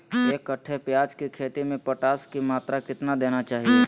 एक कट्टे प्याज की खेती में पोटास की मात्रा कितना देना चाहिए?